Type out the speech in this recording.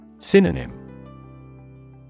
Synonym